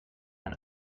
man